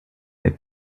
their